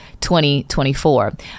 2024